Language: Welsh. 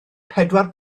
pedwar